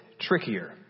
trickier